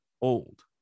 old